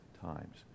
times